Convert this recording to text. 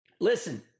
listen